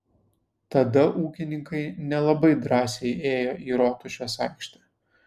tada ūkininkai nelabai drąsiai ėjo į rotušės aikštę